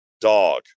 dog